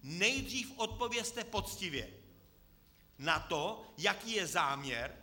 Nejdříve odpovězte poctivě na to, jaký je záměr.